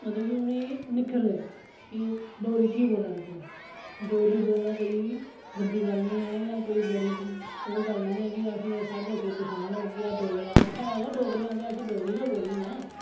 मतलब उ'नेंगी निक्खरदे कि डोगरी की बोल्लै ना तू डोगरी बोलना कोई गंदी गल्ल निं ऐ जां कोई बड़ी ओह् गल्ल निं ऐ कि अस साढ़े लोकें दी पनछान होग कि अस डोगरे आं ते अस है गै डोगरे आं ते असें डोगरी गै बोलनी ना